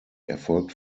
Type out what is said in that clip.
erfolgt